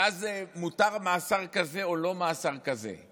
ואז מותר מאסר כזה או לא מאסר כזה,